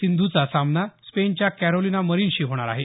सिंधूचा सामना स्पेनच्या कॅरोलिना मरिनशी होणार आहे